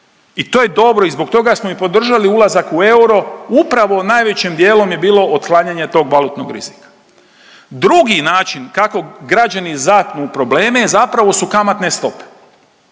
i to je dobro i zbog toga smo i podržali ulazak u euro, upravo najvećim dijelom je bilo otklanjanje tog valutnog rizika. Drugi način kako građani zapnu u probleme je zapravo su kamatne stope.